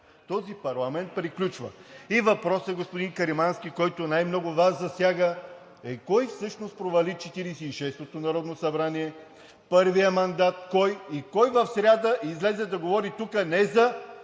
Този парламент приключва. И въпросът, господин Каримански, който най-много Вас засяга, е кой всъщност провали 46-ото народно събрание, първия мандат? Кой? Кой в сряда излезе да говори тук не за